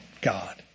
God